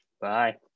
Bye